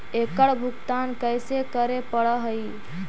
एकड़ भुगतान कैसे करे पड़हई?